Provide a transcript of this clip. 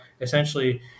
essentially